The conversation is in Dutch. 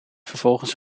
vervolgens